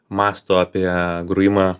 mąsto apie grojimą